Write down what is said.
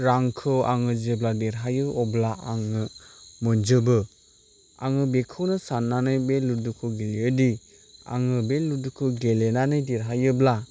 रांखौ आं जेब्ला देरहायो अब्ला आङो मोनजोबो आङो बेखौनो साननानै बे लुदुखौ गेलेयोदि आङो बे लुदुखौ गेलेनानै देरहायोब्ला